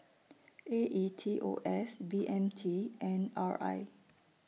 A E T O S B M T and R I